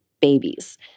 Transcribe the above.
babies